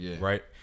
Right